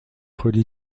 relie